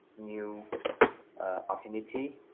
new opportunity